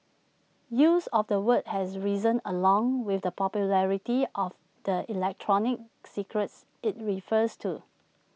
use of the word has risen along with the popularity of the electronic cigarettes IT refers to